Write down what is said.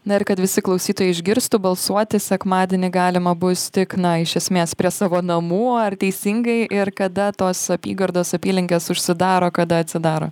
na ir kad visi klausytojai išgirstų balsuoti sekmadienį galima bus tik na iš esmės prie savo namų ar teisingai ir kada tos apygardos apylinkės užsidaro kada atsidaro